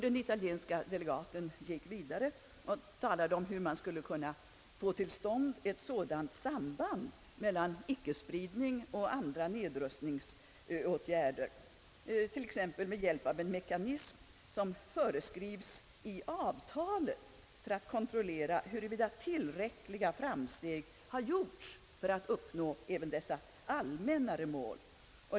Den italienske delegaten gick vidare och talade om hur man skulle kunna få till stånd ett sådant samband mellan icke-spridning och andra nedrustningsåtgärder, t.ex. med hjälp av en i avtalet föreskriven mekanism, för att kontrollera huruvida tillräckliga framsteg har gjorts för att uppnå även dessa allmänna mål.